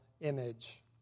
image